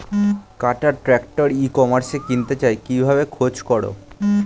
কাটার tractor e কমার্সে কিনতে চাই কিভাবে খোঁজ করো?